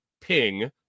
ping